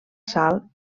sal